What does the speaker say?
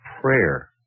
prayer